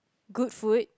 good food